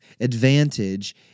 advantage